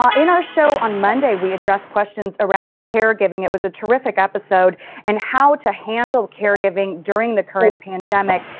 um in her show on monday we addressed questions around caregiving, it was a terrific episode and how to handle caregiving during the current pandemic.